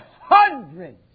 hundreds